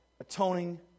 atoning